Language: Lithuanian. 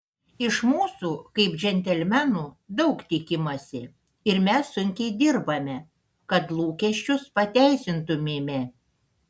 iš mūsų kaip džentelmenų daug tikimasi ir mes sunkiai dirbame kad lūkesčius pateisintumėme